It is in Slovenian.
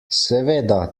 seveda